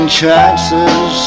chances